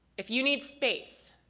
if you need space,